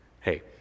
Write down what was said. Hey